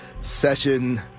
session